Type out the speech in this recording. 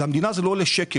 למדינה זה לא עולה שקל.